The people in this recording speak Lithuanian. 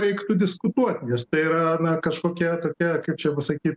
reiktų diskutuot nes tai yra na kažkokia tokia kaip čia pasakyt